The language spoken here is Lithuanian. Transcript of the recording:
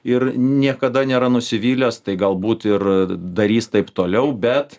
ir niekada nėra nusivylęs tai galbūt ir darys taip toliau bet